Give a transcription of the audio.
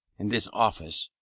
in this office,